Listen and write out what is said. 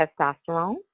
testosterone